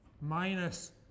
minus